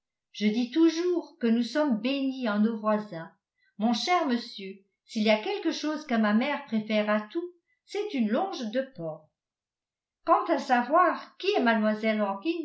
je dis toujours que nous sommes bénies en nos voisins mon cher monsieur s'il y a quelque chose que ma mère préfère à tout c'est une longe de porc quant à savoir qui est